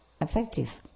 effective